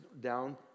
down